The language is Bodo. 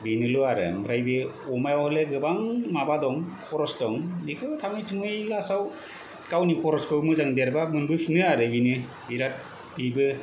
बिनोल' आरो बे अमायाव हले गोबां माबा दं खरस दं बेखौ थाङै थुङै लासाव गावनि खरसखौ मोजां देरबा मोनफिनो आरो बेनो बिरात बिबो